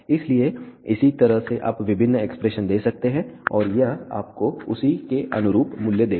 इसलिए इसी तरह से आप विभिन्न एक्सप्रेशन दे सकते हैं और यह आपको उसी के अनुरूप मूल्य देगा